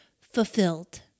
fulfilled